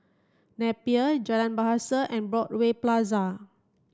Napier Jalan Bahasa and Broadway Plaza